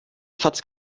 schatz